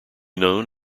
known